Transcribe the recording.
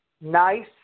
nice